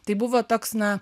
tai buvo toks na